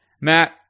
Matt